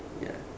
ya